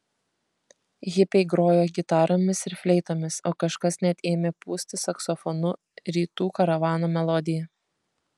hipiai grojo gitaromis ir fleitomis o kažkas net ėmė pūsti saksofonu rytų karavano melodiją